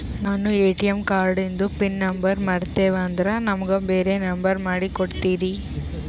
ನಾನು ಎ.ಟಿ.ಎಂ ಕಾರ್ಡಿಂದು pin number ಮರತೀವಂದ್ರ ನಮಗ ಬ್ಯಾರೆ ನಂಬರ್ ಮಾಡಿ ಕೊಡ್ತೀರಿ?